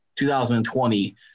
2020